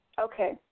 Okay